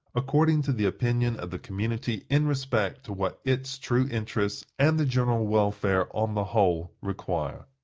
according to the opinion of the community in respect to what its true interests and the general welfare, on the whole, require.